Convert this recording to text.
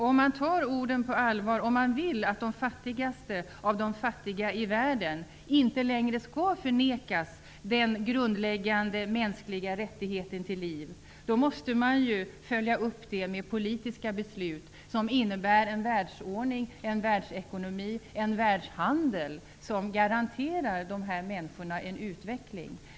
Om man tar orden på allvar och vill att de fattigaste av de fattiga i världen inte längre skall förvägras den grundläggande mänskliga rättigheten till liv, då måste man ju följa upp detta med politiska beslut som innebär en världsordning, en världsekonomi och en världshandel som garanterar dessa människor en utveckling.